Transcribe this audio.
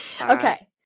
okay